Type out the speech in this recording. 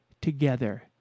together